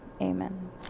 amen